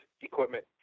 equipment